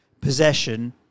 possession